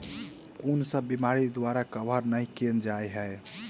कुन सब बीमारि द्वारा कवर नहि केल जाय है?